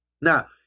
Now